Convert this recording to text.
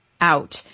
out